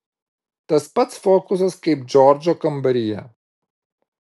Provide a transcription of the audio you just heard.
tas pats fokusas kaip džordžo kambaryje